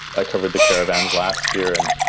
i covered the caravans last year. and,